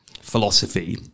philosophy